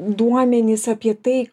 duomenis apie tai